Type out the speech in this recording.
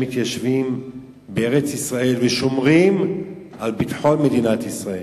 מתיישבים בארץ-ישראל ושומרים על ביטחון מדינת ישראל.